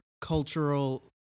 cultural